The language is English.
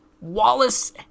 wallace